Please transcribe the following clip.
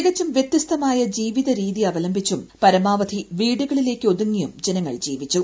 തികച്ചും വ്യത്യസ്തമായ ജീവിത രീതി അവലംബിച്ചും പരമാവധി വീടുകളിലേക്ക് ഒതുങ്ങിയും ജനങ്ങൾ ജീവിച്ചു